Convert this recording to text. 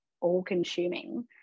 all-consuming